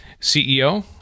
CEO